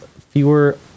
fewer